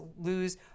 lose